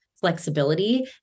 flexibility